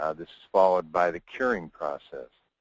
ah this is followed by the curing process.